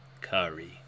Curry